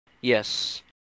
Yes